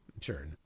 Sure